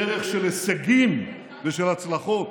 דרך של הישגים והצלחות,